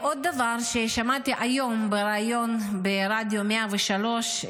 עוד דבר ששמעתי היום בריאיון ברדיו 103,